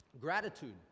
Gratitude